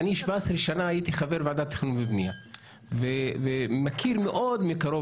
אני 17 שנה הייתי חבר ועדת תכנון ובנייה ומכיר מאוד מקרוב